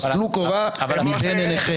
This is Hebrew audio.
אז טלו קורה מבין עיניכם.